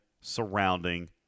surrounding